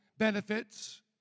benefits